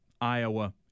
Iowa